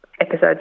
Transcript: episodes